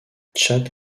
chad